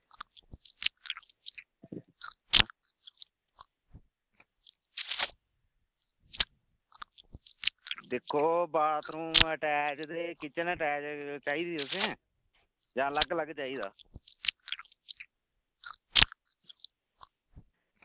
दिक्खो bathroom attach ते kitchen attach चाहिदी तुसें जां अलग अलग चाहिदा